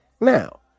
now